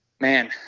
Man